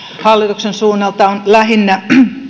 hallituksen suunnalta on lähinnä